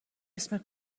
اسم